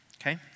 okay